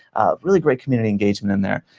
really great community engagement in there.